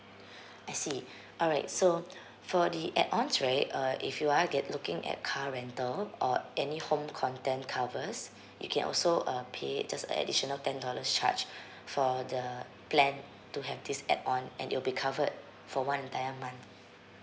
I see alright so for the add ons right uh if you are get looking at car rental or any home content covers you can also uh pay just a additional ten dollars charge for the plan to have this add on and you'll be covered for one entire month